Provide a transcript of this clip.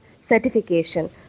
certification